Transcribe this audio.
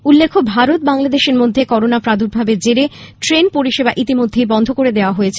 উল্লেখ্য ভারত বাংলাদেশের মধ্যে করোনা প্রাদুর্ভাবের জেরে ট্রেন পরিষেবা ইতিমধ্যেই বন্ধ করে দেওয়া হয়েছে